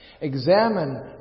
examine